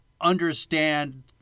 understand